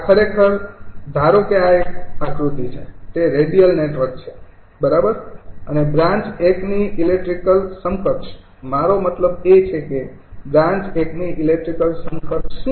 આ ખરેખર ધારો કે આ એક આકૃતિ છે તે એક રેડિયલ નેટવર્ક છે બરાબર અને બ્રાન્ચ ૧ ની ઇલેક્ટ્રિકલ સમકક્ષ મારો મતલબ એ છે કે બ્રાન્ચ ૧ ની ઇલેક્ટ્રિકલ સમકક્ષ શું છે